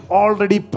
already